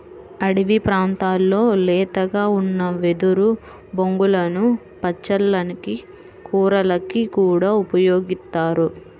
అడివి ప్రాంతాల్లో లేతగా ఉన్న వెదురు బొంగులను పచ్చళ్ళకి, కూరలకి కూడా ఉపయోగిత్తారు